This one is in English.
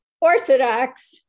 orthodox